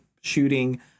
shooting